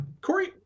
Corey